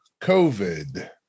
COVID